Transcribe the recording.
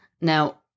Now